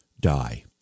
die